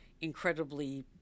incredibly